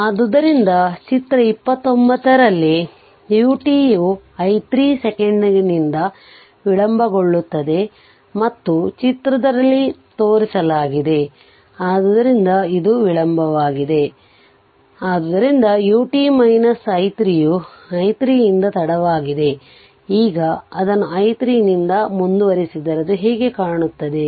ಆದ್ದರಿಂದ ಚಿತ್ರ 29ರಲ್ಲಿ u t ಯು i 3 ಸೆಕೆಂಡಿನಿಂದ ವಿಳಂಬಗೊಳ್ಳುತ್ತದೆ ಮತ್ತು ಚಿತ್ರದಲ್ಲಿ ತೋರಿಸಲಾಗಿದೆ ಆದ್ದರಿಂದ ಇದು ವಿಳಂಬವಾಗಿದೆ ಇದು ವಿಳಂಬವಾಗಿದೆ ಆದ್ದರಿಂದ u t i 3 U i 3 ಯಿಂದ ತಡವಾಗಿದೆ ಈಗ ಅದನ್ನು i 3 ನಿಂದ ಮುಂದುವರೆಸಿದರೆ ಅದು ಹೇಗೆ ಕಾಣುತ್ತದೆ